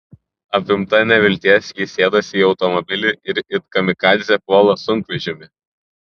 apimta nevilties ji sėdasi į automobilį ir it kamikadzė puola sunkvežimį